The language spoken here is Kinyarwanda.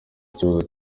kibazo